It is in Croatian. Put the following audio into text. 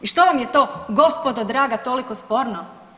I što vam je to gospodo draga toliko sporno?